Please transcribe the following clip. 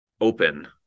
open